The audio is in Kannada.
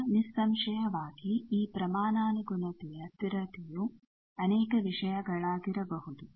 ಈಗ ನಿಸ್ಸಂಶಯವಾಗಿ ಈ ಪ್ರಮಾಣಾನುಗುಣತೆಯ ಸ್ಥಿರತೆಯು ಅನೇಕ ವಿಷಯ ಗಳಾಗಿರಬಹುದು